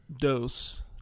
dose